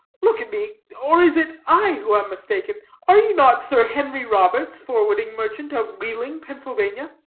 look at me. or is it i who am mistaken are you not, sir, henry roberts, forwarding merchant, of wheeling, pennsylvania?